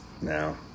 now